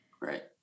Right